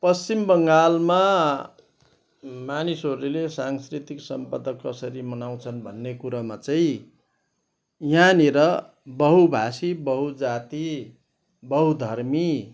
पश्चिम बङ्गालमा मानिसहरूले सांस्कृतिक सम्पदा कसरी मनाउँछन् भन्ने कुरामा चाहिँ यहाँनिर बहुभाषी बहुजाति बहुधर्मी